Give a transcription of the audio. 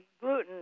gluten